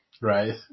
Right